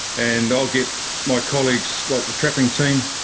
and i'll get my colleagues, like the trapping team,